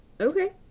okay